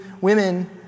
women